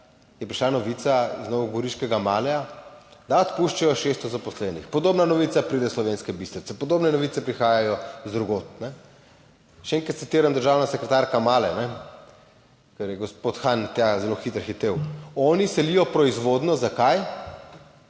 je prišla novica iz novogoriškega Mahleja, da odpuščajo 600 zaposlenih, podobna novica pride iz Slovenske Bistrice, podobne novice prihajajo iz drugod, ne. Še enkrat citiram, državna sekretarka, Mahle, ker je gospod Han tja zelo hitro hitel. Oni selijo proizvodnjo zakaj?